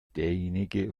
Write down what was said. derjenige